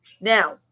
Now